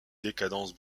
décadence